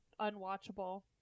unwatchable